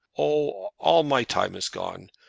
oh! all my time is gone.